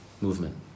movement